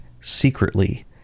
secretly